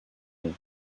pont